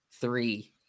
three